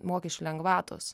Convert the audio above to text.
mokesčių lengvatos